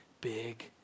big